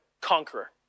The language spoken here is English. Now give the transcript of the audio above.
conqueror